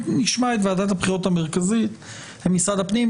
נשמע את ועדת הבחירות המרכזית ואת משרד הפנים.